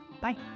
bye